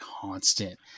constant